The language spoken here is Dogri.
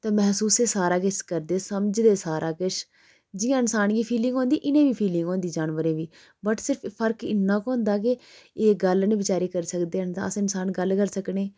ते महसूस ऐ सारा किश करदे समझदे सारा किश जियां इंसान गी फीलिंग होंदी इयां इनेंगी फीलिंग होंदी जानवरें बी बट सिर्फ फर्क इन्ना के होंदा कि एह् गल्ल नी बेचारे करी सकदे न ते अस इंसान गल्ल करी सकने